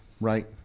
right